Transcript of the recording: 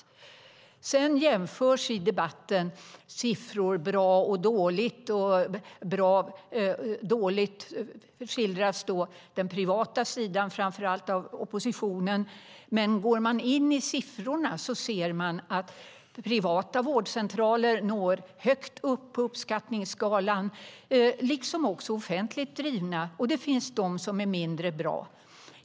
Sedan jämförs i debatten siffror, bra och dåliga. Negativt skildras då den privata sidan, framför allt av oppositionen, men om man går in i siffrorna ser man att privata vårdcentraler når högt på uppskattningsskalan, liksom offentligt drivna. Det finns också de som är mindre bra.